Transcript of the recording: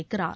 வைக்கிறார்